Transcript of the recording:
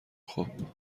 خوب